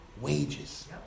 wages